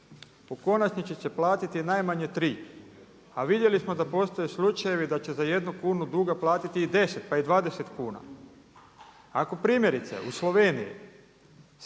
u konačnici će platiti najmanje tri. A vidjeli smo da postoje slučajevi da će za jednu kunu duga platiti i 10, pa i 20 kuna. Ako primjerice u Sloveniji se